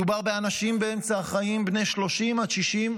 מדובר באנשים באמצע החיים, בני 30 עד 60,